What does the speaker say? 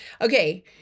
Okay